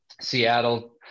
seattle